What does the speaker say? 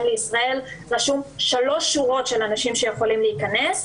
לישראל רשומות שלוש שורות של אנשים שיכולים להיכנס,